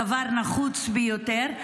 דבר נחוץ ביותר,